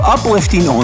Uplifting